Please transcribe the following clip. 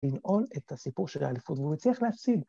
‫לנעול את הסיפור של האליפות, ‫והוא מצליח להפסיד.